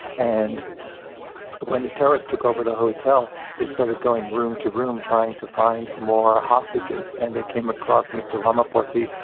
and when the terrorists took over the hotel, they started going room to room, trying to find more hostages. and they came across mr. ramaporti,